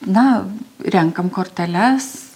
na renkam korteles